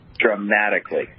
Dramatically